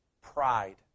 Pride